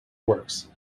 works